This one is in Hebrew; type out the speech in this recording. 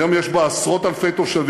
היום יש בה עשרות-אלפי תושבים.